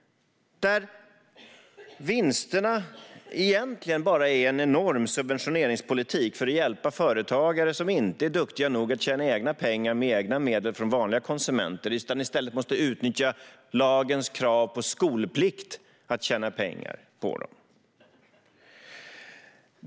Vinsterna är ju egentligen bara en enorm subventioneringspolitik för att hjälpa företagare som inte är duktiga nog att tjäna egna pengar med egna medel från vanliga konsumenter utan i stället måste utnyttja lagens krav på skolplikt för att tjäna pengar.